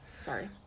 Sorry